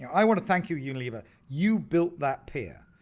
i want to thank you unilever. you built that pier.